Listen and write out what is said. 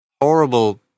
horrible